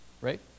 Right